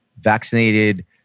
vaccinated